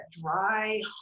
dry